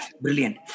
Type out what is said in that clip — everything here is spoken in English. Brilliant